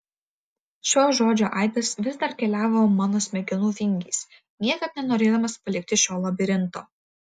šio žodžio aidas vis dar keliavo mano smegenų vingiais niekaip nenorėdamas palikti šio labirinto